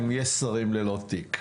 אם יש שרים ללא תיק,